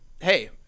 hey